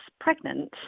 pregnant